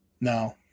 No